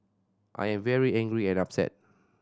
I am very angry and upset